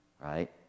right